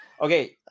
okay